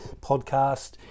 podcast